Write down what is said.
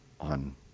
on